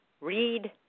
Read